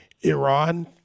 Iran